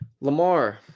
Lamar